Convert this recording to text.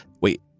Wait